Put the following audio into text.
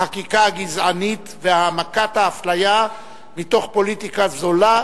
החקיקה הגזענית והעמקת האפליה מתוך פוליטיקה זולה,